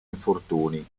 infortuni